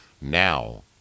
now